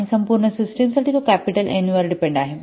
आणि संपूर्ण सिस्टिम साठी तो कॅपिटल एन वर डिपेन्ड आहे